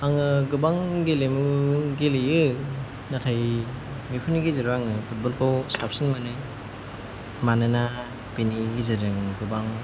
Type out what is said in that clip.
आङो गोबां गेलेमु गेलेयो नाथाय बेफोरनि गेजेराव आङो फुटबलखौ साबसिन मोनो मानोना बिनि गेजेरजों गोबां